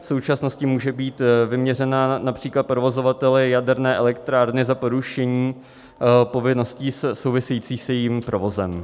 V současnosti může být vyměřen například provozovateli jaderné elektrárny za porušení povinností souvisejících s jejím provozem.